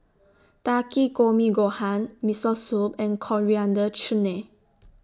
Takikomi Gohan Miso Soup and Coriander Chutney